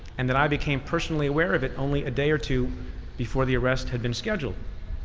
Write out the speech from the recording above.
and that i became personally aware of it only a day or two before the arrest had been scheduled.